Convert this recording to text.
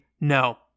No